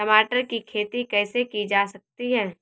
टमाटर की खेती कैसे की जा सकती है?